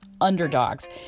underdogs